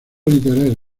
literaria